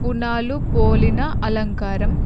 పునాలు పోలిన అలంకారం